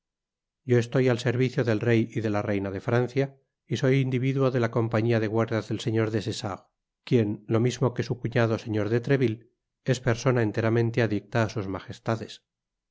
yo estoy al servicio del rey y dela reina de francia y soy individuo de la compañia de guardias del señor desessarts quien lo mismo que su cuñado señor de treville es persona enteramente adicta á sus majestades